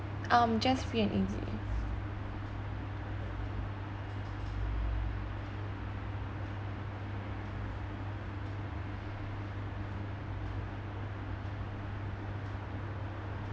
um just free and easy